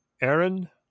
Aaron